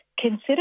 consider